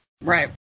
Right